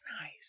Nice